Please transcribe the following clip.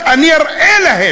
זחאלקה.